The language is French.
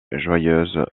joyeuse